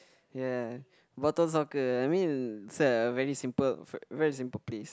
ya bottle soccer I mean it's a very simple f~ very simple place